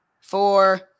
Four